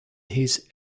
his